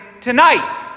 tonight